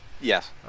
Yes